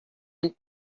and